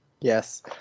Yes